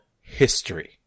history